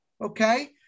Okay